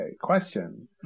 question